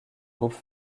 groupe